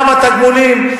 כמה תגמולים.